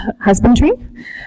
husbandry